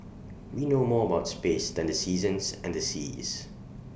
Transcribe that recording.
we know more about space than the seasons and the seas